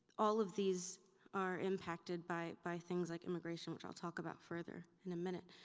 all of these are impacted by by things like immigration, which i'll talk about further in a minute.